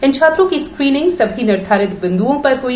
इन छात्रों की स्क्रीनिंग सभी निर्धारित बिंद्रीं पर हई